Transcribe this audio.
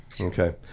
Okay